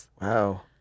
Wow